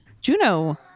juno